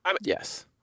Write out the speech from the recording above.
Yes